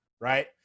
right